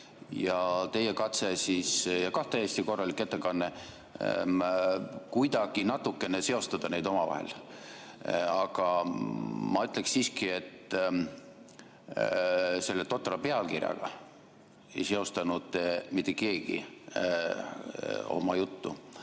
ja teie katse – ka täiesti korralik ettekanne – kuidagi natukene seostada neid omavahel. Aga ma ütleks siiski, et selle totra pealkirjaga ei seostanud oma juttu